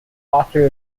author